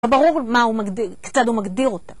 ברור מה הוא מגדיר, כיצד הוא מגדיר אותה.